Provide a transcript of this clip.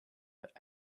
that